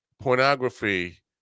pornography